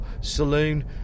saloon